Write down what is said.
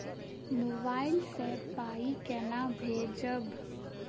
Mobile सँ पाई केना भेजब?